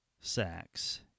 sacks